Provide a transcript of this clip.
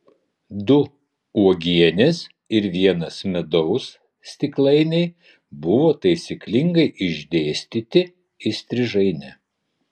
du uogienės ir vienas medaus stiklainiai buvo taisyklingai išdėstyti įstrižaine